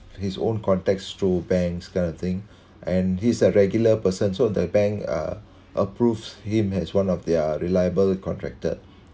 his own contacts through banks kind of thing and he's a regular person so the bank uh approves him as one of their reliable contractor